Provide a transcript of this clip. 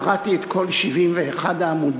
קראתי את כל 71 העמודים,